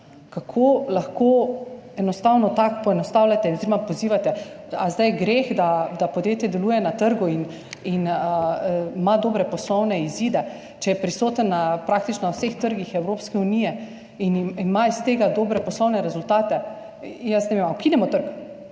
Kako lahko enostavno tako poenostavljate oziroma pozivate? Ali je zdaj greh, da podjetje deluje na trgu in ima dobre poslovne izide, če je prisotno na praktično na vseh trgih Evropske unije in ima zaradi tega dobre poslovne rezultate? Jaz ne vem. Ali ukinemo trg?